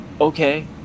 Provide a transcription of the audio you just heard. okay